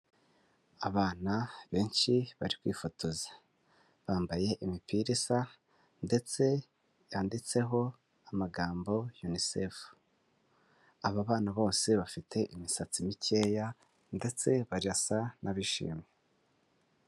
Abana benshi bari kwifotoza, bambaye imipira isa ndetse yanditseho amagambo yunisefu. Aba bana bose bafite imisatsi mikeya ndetse barasa n'abishimye.